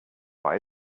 beim